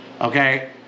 Okay